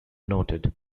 noted